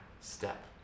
step